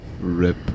Rip